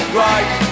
right